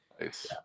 Nice